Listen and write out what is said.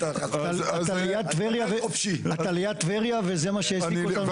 אתה ליד טבריה וזה מה שהעסיק אותנו אתמול.